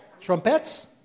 Trumpets